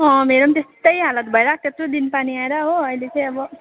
अँ मेरो पनि त्यस्तै हालत भइरहेको थियो यत्रो दिन पानी आएर हो अहिले चाहिँ अब